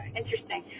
interesting